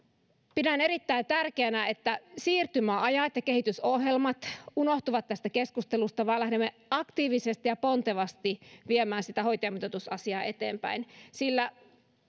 pidän erittäin tärkeänä että siirtymäajat ja kehitysohjelmat unohtuvat tästä keskustelusta ja että lähdemme aktiivisesti ja pontevasti viemään sitä hoitajamitoitusasiaa eteenpäin sillä